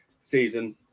season